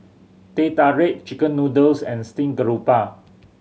Teh Tarik chicken noodles and steamed garoupa